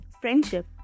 friendship